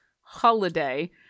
holiday